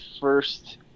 first